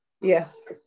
Yes